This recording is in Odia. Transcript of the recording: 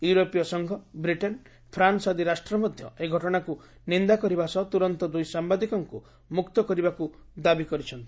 ୟୁରୋପୀୟ ସଂଘ ବ୍ରିଟେନ୍ ଫ୍ରାନ୍ନ ଆଦି ରାଷ୍ଟ୍ର ମଧ୍ୟ ଏହି ଘଟଣାକୁ ନିନ୍ଦା କରିବା ସହ ତୁରନ୍ତ ଦୁଇ ସାମ୍ବାଦିକଙ୍କୁ ମୁକ୍ତ କରିବାକୁ ଦାବି କରିଛନ୍ତି